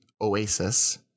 Oasis